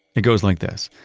it goes like this.